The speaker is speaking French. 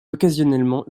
occasionnellement